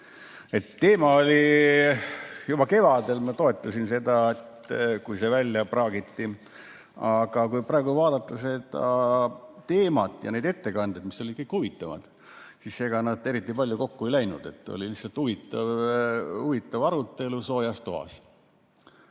[kõne all] juba kevadel, ma toetasin seda, kui see välja praagiti. Aga kui praegu vaadata seda teemat ja neid ettekandeid, mis olid kõik huvitavad, siis ega nad eriti palju kokku ei läinud. Oli lihtsalt huvitav arutelu soojas toas.